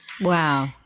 Wow